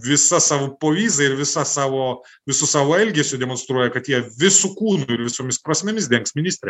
visa savo povyza ir visa savo visu savo elgesiu demonstruoja kad jie visu kūnu ir visomis prasmėmis dengs ministrę